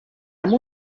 amb